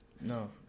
No